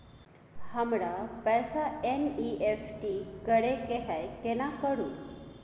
हमरा पैसा एन.ई.एफ.टी करे के है केना करू?